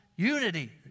Unity